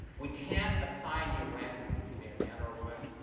we can't assign you randomly to be a man or a woman,